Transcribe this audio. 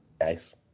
Nice